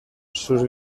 sus